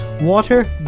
water